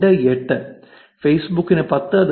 28 ഫെയ്സ്ബുക്കിന് 10